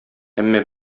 әмма